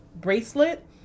bracelet